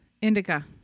Indica